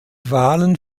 wahlen